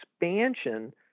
expansion